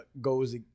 goes